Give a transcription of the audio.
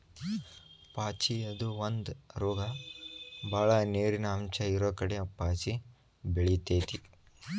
ಪಾಚಿ ಅದು ಒಂದ ರೋಗ ಬಾಳ ನೇರಿನ ಅಂಶ ಇರುಕಡೆ ಪಾಚಿ ಬೆಳಿತೆತಿ